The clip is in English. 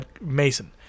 Mason